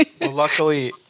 Luckily